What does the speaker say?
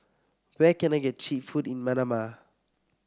where can I get cheap food in Manama